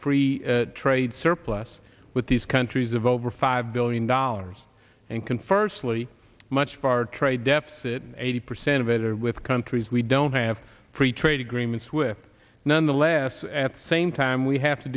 free trade surplus with these countries of over five billion dollars and can firstly much of our trade deficit eighty percent of it with countries we don't have free trade agreements with none the less at the same time we have to